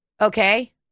Okay